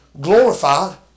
glorified